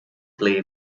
play